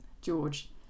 George